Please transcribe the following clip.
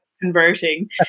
converting